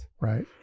Right